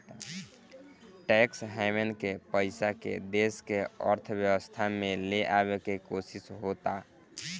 tax haven के पइसा के देश के अर्थव्यवस्था में ले आवे के कोशिस होता